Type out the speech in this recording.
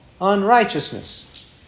unrighteousness